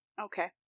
Okay